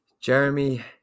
Jeremy